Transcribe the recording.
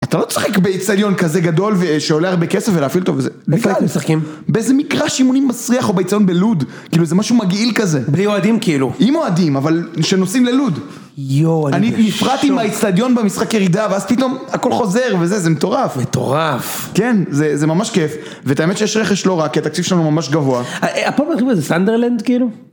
אתה לא צריך ביצדיון כזה גדול שעולה הרבה כסף ולהפעיל אותו בזה. במיוחד אנחנו משחקים. באיזה מגרש אימונים מסריח או ביצדיון בלוד. כאילו זה משהו מגעיל כזה. בלי אוהדים כאילו. עם אוהדים, אבל שנוסעים ללוד. יואו, אני מפחד עם היצדיון במשחק ירידה, ואז פתאום הכל חוזר וזה, זה מטורף. מטורף. כן, זה ממש כיף. ואת האמת שיש רכש לא רע, כי התקציב שלנו ממש גבוה. אה, פעם אחרונה, זה סנדרלנד כאילו?